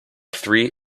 three